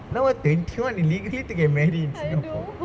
no ah twenty one legally to get married in singapore